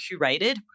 curated